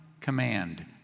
command